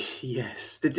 Yes